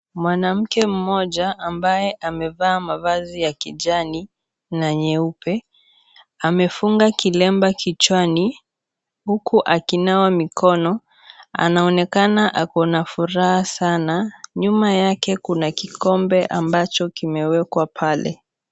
Mwanamke mmoja ambaye amevaa mavazi ya kijani na nyeupe amefunga kilemba kichwani huku akinawa mikono anaonekana akona furaha sana nyuma yake kuna kikombe ambacho kimewekwa pale.